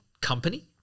company